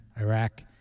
Iraq